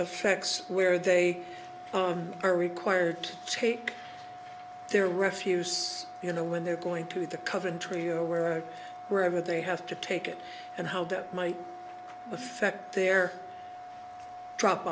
affects where they are required to take their refuse you know when they're going to the coventry or were wherever they have to take it and how that might affect their drop